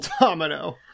Domino